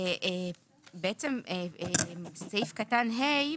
וסעיף קטן (ה)